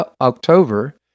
October